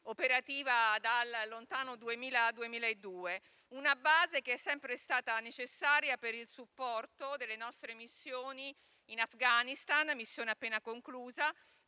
operativa dal lontano 2000-2002. Si tratta di una base che è sempre stata necessaria per il supporto delle nostre missioni in Afghanistan (appena conclusa)